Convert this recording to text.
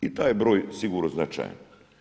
I taj broj sigurno je značajan.